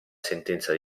sentenza